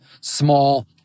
small